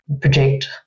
project